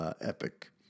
epic